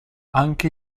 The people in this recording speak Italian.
anche